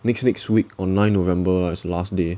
next next week on nine november is the last day